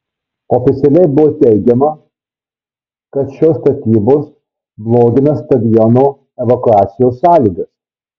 oficialiai buvo teigiama kad šios statybos blogina stadiono evakuacijos sąlygas